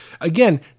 Again